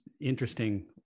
interesting